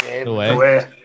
Away